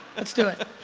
let's do it.